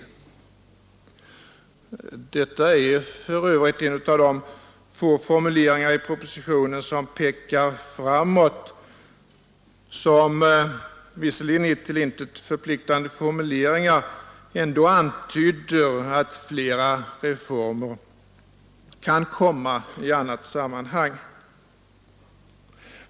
Detta är för övrigt en av de få formuleringar i propositionen som pekar framåt — formuleringar som visserligen är till intet förpliktande men som ändå antyder att flera reformer kan komma i annat sammanhang.